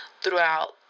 throughout